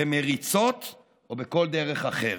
במריצות או בכל דרך אחרת.